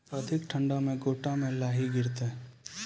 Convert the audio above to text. अधिक ठंड मे गोटा मे लाही गिरते?